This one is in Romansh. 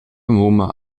mumma